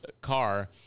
car